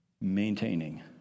maintaining